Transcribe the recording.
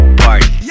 party